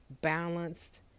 balanced